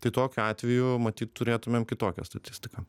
tai tokiu atveju matyt turėtumėm kitokią statistiką